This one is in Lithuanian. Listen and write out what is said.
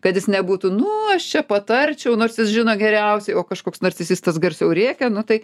kad jis nebūtų nu aš čia patarčiau nors jis žino geriausiai o kažkoks narcisistas garsiau rėkia nu tai